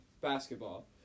basketball